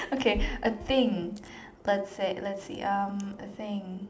okay a thing let's say let's see um a thing